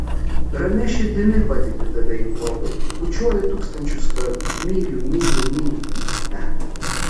ramia širdimi patikiu tave jų globai bučiuoju tūkstančius kartų myliu myliu myliu e